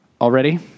already